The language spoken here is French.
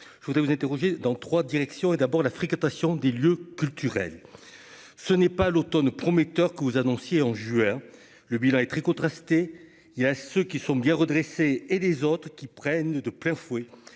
je voudrais vous interroger dans 3 directions : et d'abord, la fréquentation des lieux culturels, ce n'est pas l'Automne prometteur que vous annonciez en juin, le bilan est très contrastée, il y a ceux qui sont bien redressés et les autres qui prennent de plein fouet